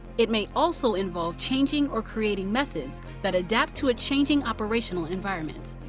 it may also involve changing or creating methods that adapt to a changing operational environment.